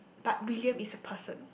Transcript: but William is a person